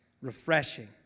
Refreshing